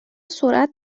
سرعت